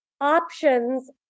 options